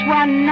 one